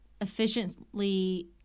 efficiently